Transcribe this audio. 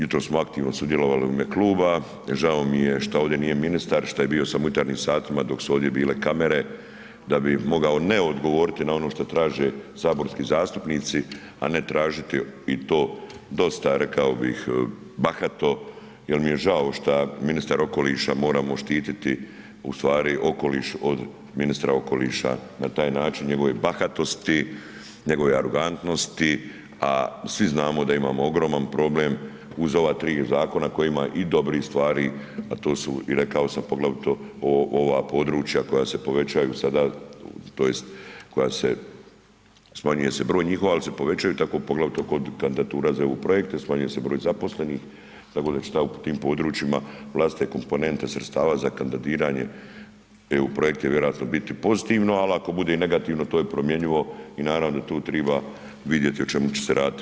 Jutros smo aktivno sudjelovali u ime kluba, žao mi je šta ovdje nije ministar, šta je bio samo u jutarnjim satima dok su ovdje bile kamere da bi mogao ne odgovoriti na ono šta traže saborski zastupnici, a ne tražiti i to dosta rekao bih bahato jel mi je žao šta ministar okoliša, moramo štititi u stvari okoliš od ministra okoliša, na taj način njegove bahatosti, njegove arogantnosti, a svi znamo da imamo ogroman problem uz ova 3 zakona koji ima i dobrih stvari, a to su i rekao sam poglavito ova područja koja se povećaju sada tj. koja se, smanjuje se broj njihov, ali se povećaju, tako poglavito kod kandidatura za EU projekte, smanjuje se broj zaposlenih, tako da će tamo u tim područjima vlastite komponente sredstava za kandidiranje EU projekti vjerojatno biti pozitivno, al ako bude i negativno, to je promjenjivo i naravno da tu triba vidjeti o čemu će se raditi.